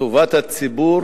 טובת הציבור